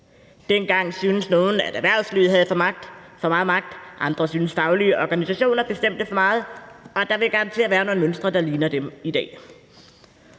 Dengang syntes nogle, at erhvervslivet havde for meget magt. Andre syntes, de faglige organisationer bestemte for meget, og der vil garanteret i dag være nogle mønstre, der ligner.